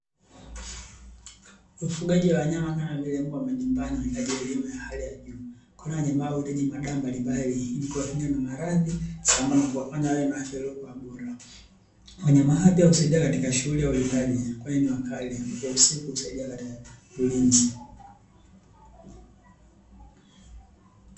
Ufugaji wa wanyama kama vile mbwa wa majumbani huitaji elimu ya hali ya juu, kwani wanyama hao huitaji madawa mbalimbali ili kuwakinga na maradhi, sambamba na kuwafanya wawe na afya iliyokuwa bora. Wanyama hao pia husaidia katika shughuli za ulindaji, kwani ni wakali ikifika usiku husaidia katika ulinzi.